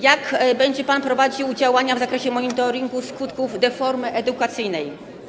Jak będzie pan prowadził działania w zakresie monitoringu skutków deformy edukacyjnej?